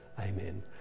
Amen